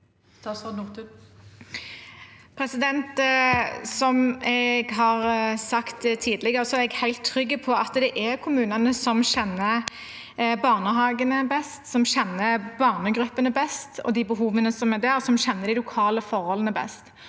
Kari Nessa Nordtun Som jeg har sagt tidligere, er jeg helt trygg på at det er kommunene som kjenner barnehagene best, som kjenner barnegruppene best og de behovene som er der, og som kjenner de lokale forholdene best.